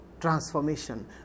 transformation